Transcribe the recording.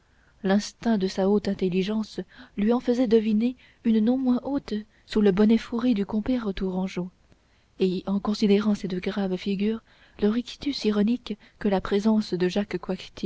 l'instinct de sa haute intelligence lui en faisait deviner une non moins haute sous le bonnet fourré du compère tourangeau et en considérant cette grave figure le rictus ironique que la présence de jacques